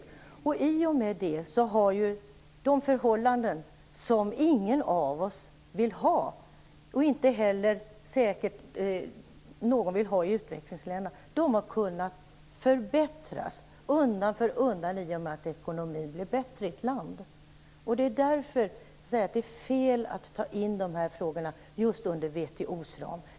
I och med det, i och med att ekonomin har blivit bättre, har de förhållanden som ingen av oss vill ha, och som säkert inte heller någon i utvecklingsländerna vill ha, kunnat förbättras undan för undan. Det är därför det är fel att ta in de här frågorna inom WTO:s ram.